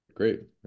Great